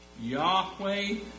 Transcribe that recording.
Yahweh